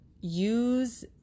use